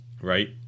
right